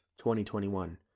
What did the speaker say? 2021